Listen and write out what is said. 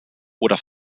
oder